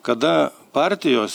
kada partijos